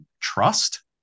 trust